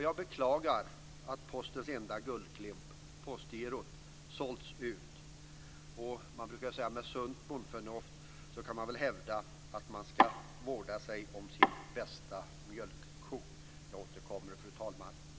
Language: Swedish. Jag beklagar att Postens enda guldklimp, Postgirot, sålts ut. Med sunt bondförnuft kan det väl hävdas att man ska vårda sig om sin bästa mjölkko. Fru talman! Talartiden är slut, men jag återkommer.